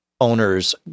owners